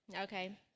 Okay